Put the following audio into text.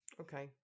okay